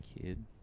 kid